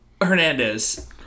Hernandez